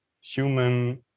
human